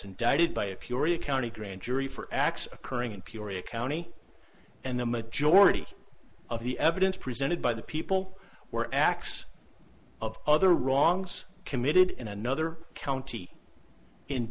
indicted by a purely county grand jury for acts occurring in peoria county and the majority of the evidence presented by the people were acts of other wrongs committed in another county